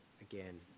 again